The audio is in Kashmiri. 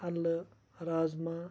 اَلہٕ رازمہ